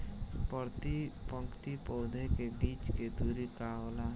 प्रति पंक्ति पौधे के बीच के दुरी का होला?